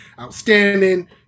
outstanding